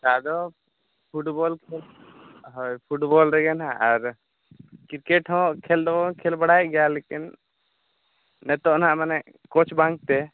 ᱟᱫᱚ ᱯᱷᱩᱴᱵᱚᱞ ᱠᱷᱮᱞ ᱦᱳᱭ ᱯᱷᱩᱴᱵᱚᱞ ᱨᱮᱜᱮ ᱱᱟᱦᱟᱜ ᱟᱨ ᱠᱤᱨᱠᱨᱴ ᱦᱚᱸ ᱠᱷᱮᱞ ᱫᱚ ᱠᱷᱮᱞ ᱵᱟᱲᱟᱭ ᱞᱮᱠᱤᱱ ᱱᱤᱛᱚᱜ ᱱᱟᱦᱟᱸᱜ ᱢᱟᱱᱮ ᱠᱳᱪ ᱵᱟᱝᱛᱮ